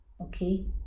okay